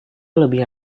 lebih